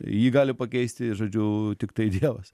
jį gali pakeisti žodžiu tiktai dievas